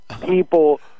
people